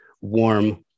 warm